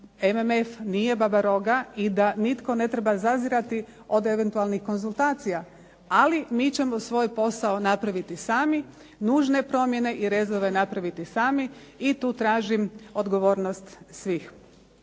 MMF nije babaroga i da nitko ne treba zazirati od eventualnih konzultacija, ali mi ćemo svoj posao napraviti sami. Nužne promjene i rezove napraviti sami i tu tražim odgovornost svih.